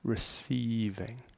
Receiving